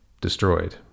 destroyed